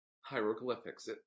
hieroglyphics